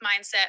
mindset